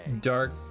dark